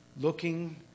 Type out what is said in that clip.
looking